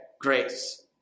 Grace